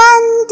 One